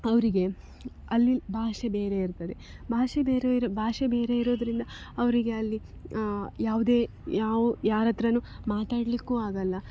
ಅವರಿಗೆ ಅಲ್ಲಿ ಭಾಷೆ ಬೇರೆ ಇರ್ತದೆ ಭಾಷೆ ಬೇರೆ ಇರ ಭಾಷೆ ಬೇರೆ ಇರೋದರಿಂದ ಅವರಿಗೆ ಅಲ್ಲಿ ಯಾವುದೇ ಯಾವ ಯಾರತ್ತಿರನು ಮಾತಾಡಲಿಕ್ಕೂ ಆಗಲ್ಲ